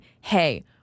hey